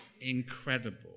incredible